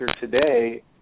today